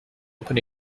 open